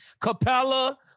Capella